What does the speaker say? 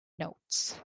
notes